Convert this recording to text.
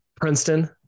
Princeton